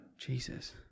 Jesus